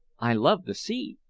i love the sea,